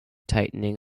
tightening